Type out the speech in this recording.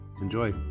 Enjoy